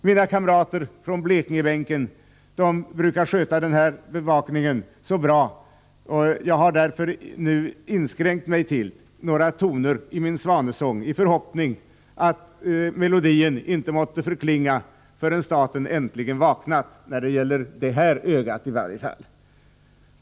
Mina kamrater på Blekingebänken brukar sköta den här bevakningen bra, och jag har därför nu inskränkt mig till några toner i min svanesång i förhoppning om att melodin inte måtte förklinga förrän staten äntligen har vaknat, i varje fall när det gäller det ena ögat.